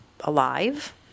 alive